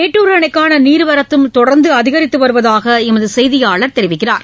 மேட்டூர் அணைக்கான நீர்வரத்தும் தொடர்ந்து அதிகரித்து வருவதாக எமது செய்தியாளர் தெரிவிக்கிறார்